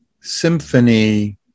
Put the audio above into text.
symphony